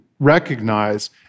recognize